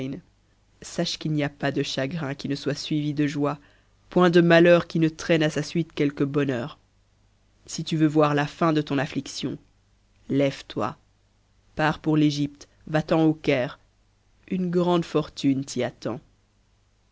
sache qu'il n'y a pas de chagrin qui ne soit suivi de joie point de malheur qui ne traîne à sa suite quelque bonheur si tu veux voir a fin de ton amiction lève-toi pars pour l'egypte va-t'en au caire une grande fortune t'y attend